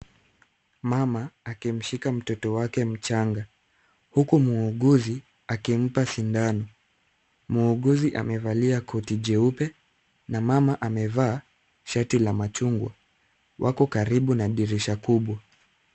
Mama akimshika mtoto wake mchanga ,huku muuguzi akimpa sindano ,muuguzi amevalia koti cheupe na mama amevaa shati la machungwa , wako karibu na dirisha kubwa.